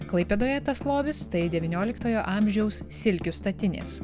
klaipėdoje tas lobis tai devynioliktojo amžiaus silkių statinės